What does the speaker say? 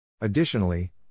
Additionally